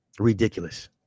ridiculous